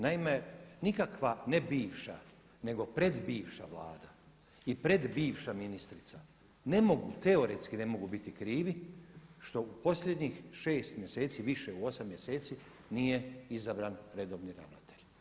Naime, nikakva ne bivša, nego pred bivša Vlada i pred bivša ministrica ne mogu, teoretski ne mogu biti krivi što u posljednjih 6 mjeseci, više u 8 mjeseci nije izabran redovni ravnatelj.